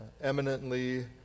eminently